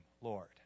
Lord